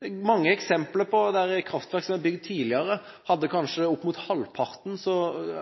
Det er mange eksempler på at kraftverk som er bygd tidligere, kanskje hadde opp mot halvparten av investeringskostnadene fordi presset på utbyggingen ble så